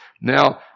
Now